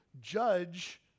judge